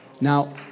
Now